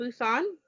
busan